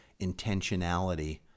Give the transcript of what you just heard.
intentionality